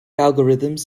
algorithms